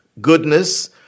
goodness